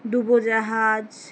ডুবোজাহাজ